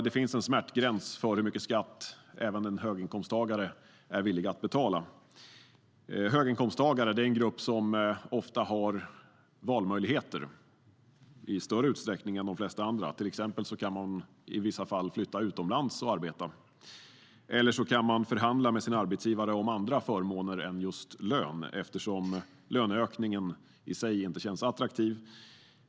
Det finns en smärtgräns för hur mycket skatt även en höginkomsttagare är villig att betala. Höginkomsttagare är en grupp som ofta har valmöjligheter i större utsträckning än de flesta andra. De kan till exempel i vissa fall flytta utomlands och arbeta eller förhandla med sin arbetsgivare om andra förmåner än lön eftersom en löneökning i sig inte känns attraktiv.